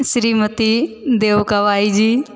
Shrimati Devkabai जी